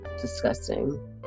disgusting